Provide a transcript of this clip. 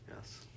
yes